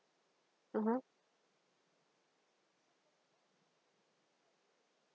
(uh huh)